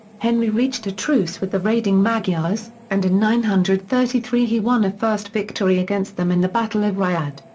henry reached a truce with the raiding magyars, and in nine hundred and thirty three he won a first victory against them in the battle of riade.